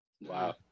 Wow